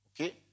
Okay